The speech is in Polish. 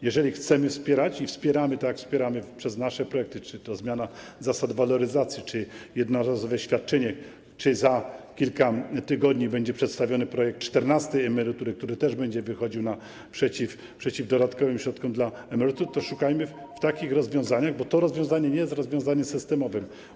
Jeżeli chcemy wspierać, tak jak wspieramy przez nasze projekty - czy to zmiana zasad waloryzacji, czy jednorazowe świadczenie, czy za kilka tygodni będzie przedstawiony projekt czternastej emerytury, który też będzie wychodził naprzeciw dodatkowym środkom dla emerytów - to szukajmy w takich rozwiązaniach, bo to rozwiązanie nie jest rozwiązaniem systemowym.